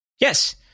Yes